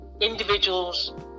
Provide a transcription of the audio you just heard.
individuals